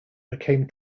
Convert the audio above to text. became